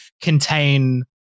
contain